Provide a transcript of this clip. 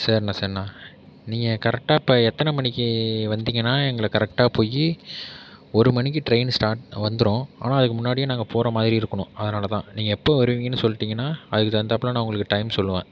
செரிணா Serena நீங்கள் கரெக்ட்டாக இப்போ எத்தனை மணிக்கு வந்திங்கன்னா எங்களை கரெக்டாக போய் ஒரு மணிக்கு ட்ரெயினு ஸ்டார்ட் வந்துரும் ஆனால் முன்னாடியே நாங்கள் போகிற மாதிரி இருக்கணும் அதனால் தான் நீங்கள் எப்போ வருவீங்கனு சொல்லிட்டிங்கன்னா அதுக்கு தகுந்தாப்புல நான் உங்களுக்கு டைம் சொல்லுவேன்